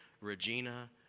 Regina